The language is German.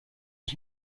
ich